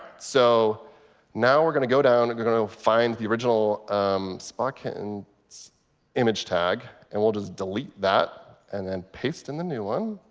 so now we're going to go down and and find the original um spa kittens image tag. and we'll just delete that, and then paste in the new one.